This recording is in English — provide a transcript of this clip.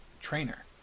trainer